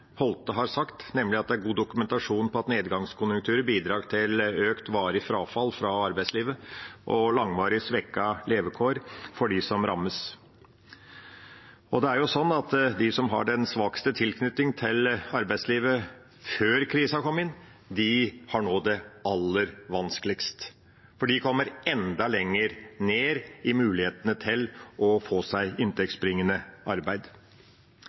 Holte har sagt, nemlig at det er god dokumentasjon på at nedgangskonjunkturer bidrar til økt varig frafall fra arbeidslivet og langvarig svekkede levekår for dem som rammes. Det er jo sånn at de som hadde den svakeste tilknytningen til arbeidslivet før krisa kom, nå har det aller vanskeligst, for de kommer enda lenger ned når det gjelder mulighetene til å få seg inntektsbringende arbeid.